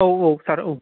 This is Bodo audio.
औ औ सार औ